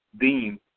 deem